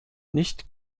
nicht